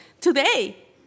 today